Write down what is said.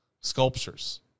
sculptures